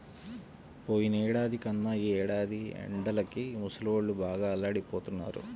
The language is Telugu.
పోయినేడాది కన్నా ఈ ఏడాది ఎండలకి ముసలోళ్ళు బాగా అల్లాడిపోతన్నారు